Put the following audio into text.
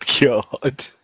God